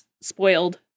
spoiled